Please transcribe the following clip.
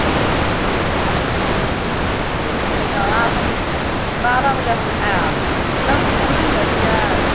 ठीके छै अच्छा ठीक छै तऽ आब हम बारह बजे हम आयब लंच खाइ लए नहि ने जाइ छियै